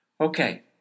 Okay